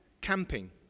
camping